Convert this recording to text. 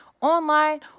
online